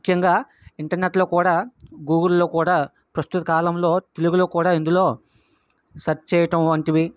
ముఖ్యంగా ఇంటర్నెట్లో కూడా గూగుల్లో కూడా ప్రస్తుత కాలంలో తెలుగులో కూడా ఇందులో సర్చ్ చేయటం వంటివి